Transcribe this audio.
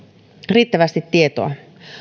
riittävästi tietoa